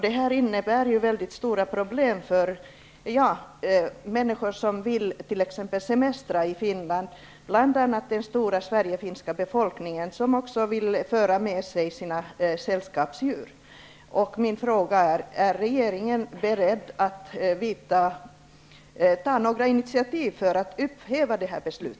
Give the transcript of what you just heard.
Detta innbär mycket stora problem för människor som t.ex. vill semestra i Finland, bl.a. den stora sverigefinska befolkningen som också vill föra med sig sina sällskapsdjur. Min fråga är: Är regeringen beredd att ta några initiativ för att upphäva detta beslut?